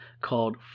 called